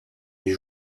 les